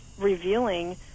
revealing